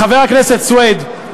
חבר הכנסת סוייד,